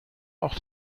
auch